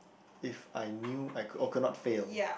if I knew I could oh could not fail